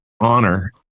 honor